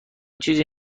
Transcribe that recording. چیزی